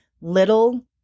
little